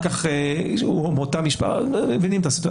כך אותה משטרה מבינים את הסיטואציה.